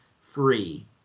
free